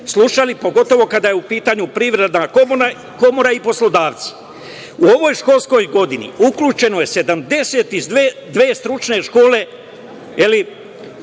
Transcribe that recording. slušali, pogotovo kada je u pitanju Privredna komora i poslodavci.U ovoj školskoj godini uključeno je 72 stručne škole